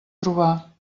trobar